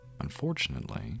Unfortunately